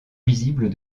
visibles